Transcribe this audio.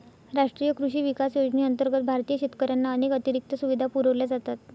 राष्ट्रीय कृषी विकास योजनेअंतर्गत भारतीय शेतकऱ्यांना अनेक अतिरिक्त सुविधा पुरवल्या जातात